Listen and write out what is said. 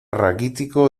raquítico